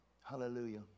Hallelujah